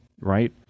right